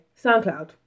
SoundCloud